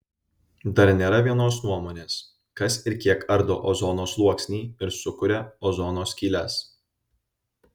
dar nėra vienos nuomonės kas ir kiek ardo ozono sluoksnį ir sukuria ozono skyles